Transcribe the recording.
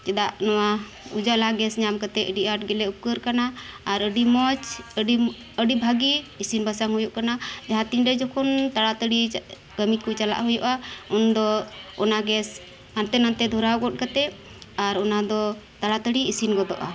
ᱪᱮᱫᱟᱜ ᱱᱚᱣᱟ ᱩᱡᱚᱞᱟ ᱜᱮᱥ ᱧᱟᱢ ᱠᱟᱛᱮ ᱟᱹᱰᱤ ᱟᱴ ᱜᱮᱞᱮ ᱩᱯᱠᱟᱹᱨ ᱟᱠᱟᱱᱟ ᱟᱨ ᱟᱹᱰᱤ ᱢᱚᱡᱽ ᱟᱹᱰᱤ ᱵᱷᱟᱹᱜᱤ ᱤᱥᱤᱱ ᱵᱟᱥᱟᱝ ᱦᱩᱭᱩᱜ ᱠᱟᱱᱟ ᱡᱟᱦᱟᱛᱤᱱ ᱡᱚᱠᱷᱚᱱ ᱛᱟᱲᱟ ᱛᱟᱹᱲᱤ ᱠᱟᱹᱢᱤ ᱠᱚ ᱪᱟᱞᱟᱜ ᱦᱩᱭᱩᱜᱼᱟ ᱩᱱᱫᱚ ᱚᱱᱟ ᱜᱮᱥ ᱦᱟᱱᱛᱮ ᱱᱟᱛᱮ ᱫᱷᱚᱨᱟᱣ ᱜᱚᱫ ᱠᱟᱛᱮ ᱟᱨ ᱚᱱᱟ ᱫᱚ ᱛᱟᱲᱟ ᱛᱟᱹᱲᱤ ᱤᱥᱤᱱ ᱜᱚᱫᱚᱜᱼᱟ